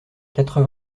quatre